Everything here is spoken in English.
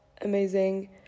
amazing